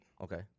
Okay